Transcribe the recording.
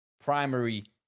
primary